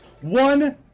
One